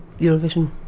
Eurovision